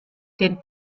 den